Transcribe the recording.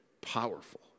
Powerful